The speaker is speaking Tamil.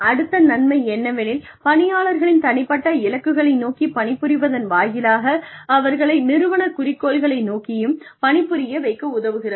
அடுத்த நன்மை என்னவெனில் பணியாளர்களின் தனிப்பட்ட இலக்குகளை நோக்கி பணிபுரிவதன் வாயிலாக அவர்களை நிறுவன குறிக்கோள்களை நோக்கியும் பணிபுரிய வைக்க உதவுகிறது